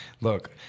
Look